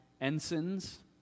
ensigns